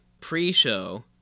pre-show